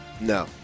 No